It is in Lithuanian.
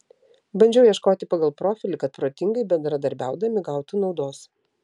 bandžiau ieškoti pagal profilį kad protingai bendradarbiaudami gautų naudos